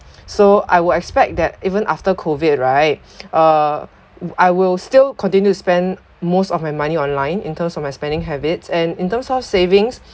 so I would expect that even after COVID right uh I will still continue spend most of my money online in terms of my spending habits and in terms of savings